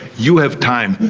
you have time,